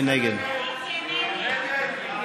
מי נגד?